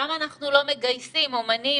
למה אנחנו לא מגייסים אמנים?